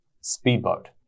speedboat